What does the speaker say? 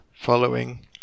following